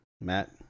Matt